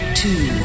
two